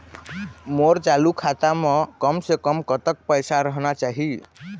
मोर चालू खाता म कम से कम कतक पैसा रहना चाही?